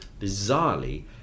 bizarrely